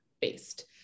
based